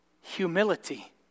Humility